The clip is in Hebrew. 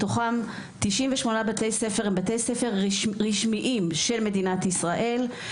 מתוכם 98 בתי ספר הם בתי ספר רשמיים של מדינת ישראל,